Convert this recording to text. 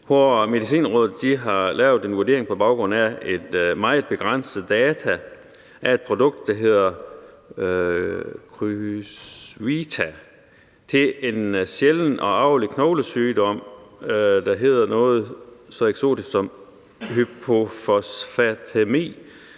hvor Medicinrådet har lavet en vurdering på baggrund af meget begrænset data af et produkt, der hedder Crysvita, som er et middel mod en sjælden arvelig knoglesygdom, der hedder noget så eksotisk som hypofosfatæmi,